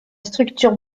structure